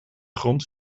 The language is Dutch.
grond